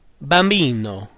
bambino